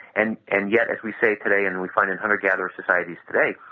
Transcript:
and and yet as we say today and we find in hunter-gatherer societies today,